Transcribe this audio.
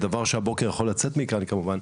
דבר שהבוקר יכול לצאת מכאן כמובן,